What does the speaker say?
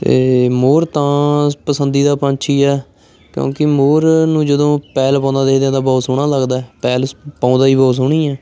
ਅਤੇ ਮੋਰ ਤਾਂ ਪਸੰਦੀਦਾ ਪੰਛੀ ਹੈ ਕਿਉਂਕਿ ਮੋਰ ਨੂੰ ਜਦੋਂ ਪੈਲ ਪਾਉਂਦਾ ਦੇਖਦੇ ਆ ਤਾਂ ਬਹੁਤ ਸੋਹਣਾ ਲੱਗਦਾ ਪੈਲ ਪਾਉਂਦਾ ਹੀ ਬਹੁਤ ਸੋਹਣੀ ਆ